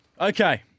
Okay